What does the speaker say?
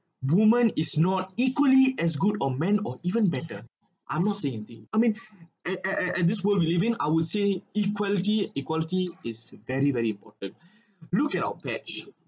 woman is not equally as good or men or even better I'm not say anything I mean at at at this world living I would say equality equality is very very important look at our patch